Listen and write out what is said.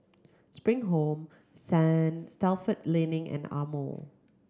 Spring Home Stalford Learning and Amore